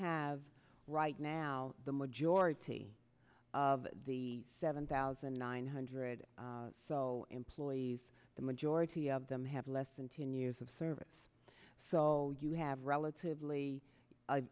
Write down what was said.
have right now the majority of the seven thousand nine hundred employees the majority of them have less than ten years of service so you have relatively